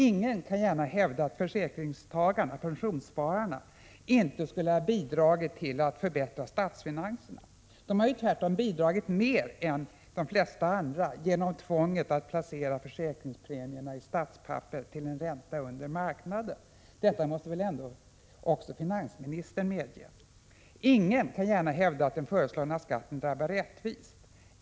Ingen kan gärna hävda att pensionsspararna inte skulle ha bidragit till att förbättra statsfinanserna. De har ju tvärtom bidragit mer än de flesta andra genom tvånget att placera försäkringspremierna i statspapper till en ränta under marknadens. Detta måste väl ändå också finansministern medge. Ingen kan gärna hävda att den föreslagna skatten drabbar rättvist.